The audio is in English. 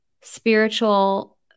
spiritual